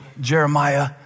Jeremiah